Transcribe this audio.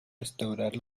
restaurar